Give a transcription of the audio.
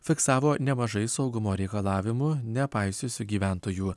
fiksavo nemažai saugumo reikalavimų nepaisiusių gyventojų